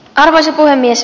arvoisa puhemies